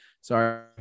Sorry